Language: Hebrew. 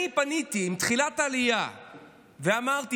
כשאני פניתי בתחילת העלייה ואמרתי